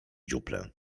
dziuplę